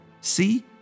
See